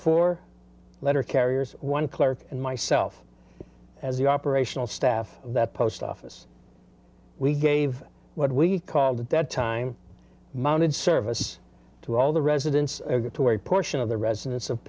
four letter carriers one clerk and myself as the operational staff that post office we gave what we called at that time mounted services to all the residents to a portion of the residents of